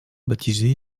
baptisé